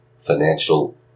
financial